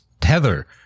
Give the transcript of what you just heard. Tether